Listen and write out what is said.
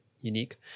unique